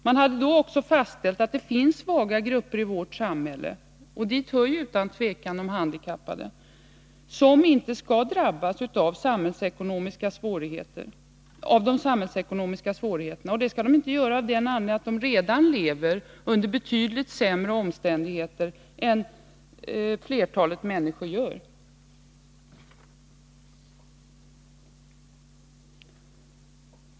Man hade då också fastställt att det finns svaga grupper i vårt samhälle, och dit hör utan tvivel de handikappade, som inte skall drabbas av de samhällsekonomiska svårigheterna av den anledningen att de redan lever under betydligt sämre omständigheter än flertalet människor gör.